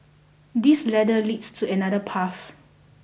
this ladder leads to another path